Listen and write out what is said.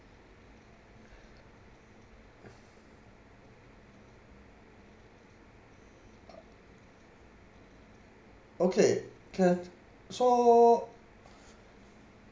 okay can so